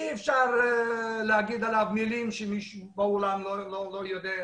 אי אפשר לומר עליו משהו שמישהו לא יודע לגביו.